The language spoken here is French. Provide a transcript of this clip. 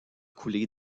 coulées